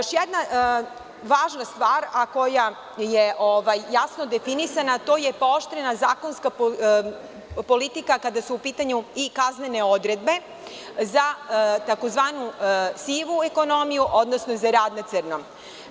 Još jedna važna stvar, a koja je jasno definisana, a to je pooštrena zakonska politika kada su u pitanju i kaznene odredbe za tzv. sivu ekonomiju, odnosno za rad na crno.